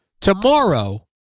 Tomorrow